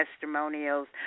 testimonials